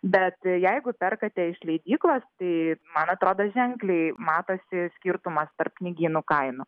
bet jeigu perkate iš leidyklos tai man atrodo ženkliai matosi skirtumas tarp knygynų kainų